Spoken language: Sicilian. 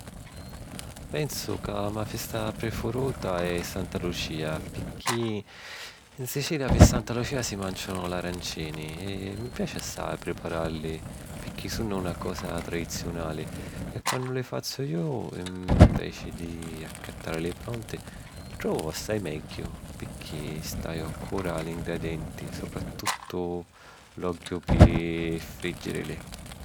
Pensu ca la me festa prifiruta è Santa Lucia pirchì 'n Sicilia pi Santa Lucia si màncianu l’arancini, e mi piaci assai priparalli pirchì sunnu na cosa tradiziunali e quannu li fazzu iu, inveci di accattàrili pronti, li trovu assai megghiu pirchì staju accura a l’ingredienti, supratuttu l’ogghiu pi frìjrili.